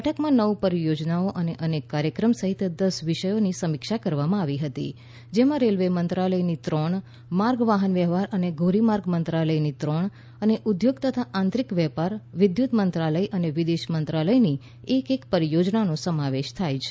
બેઠકમાં નવ પરિયોજનાઓ અને અનેક કાર્યક્રમ સહિત દશ વિષયોની સમીક્ષા કરવામાં આવી હતી જેમાં રેલવે મંત્રાલયની ત્રણ માર્ગ વાહનવ્યવહાર અને ધોરીમાર્ગ મંત્રાલયની ત્રણ અને ઉદ્યોગ તથા આંતરિક વેપાર વિદ્યુત મંત્રાલય અને વિદેશ મંત્રાલયની એક એક પરિયોજનાઓનો સમાવેશ થાય છે